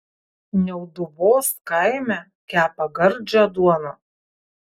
niauduvos kaime kepa gardžią duoną